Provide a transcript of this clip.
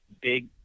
big